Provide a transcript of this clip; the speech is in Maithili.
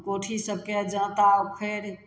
कोठी सबके जाँता उखरि